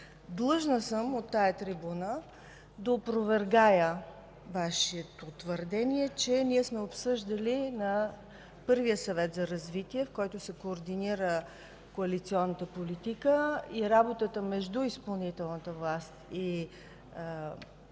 Длъжна съм от тази трибуна да опровергая Вашето твърдение, че ние сме обсъждали на първия Съвет за развитие, в който се координира коалиционната политика и работата между изпълнителната власт и парламентарните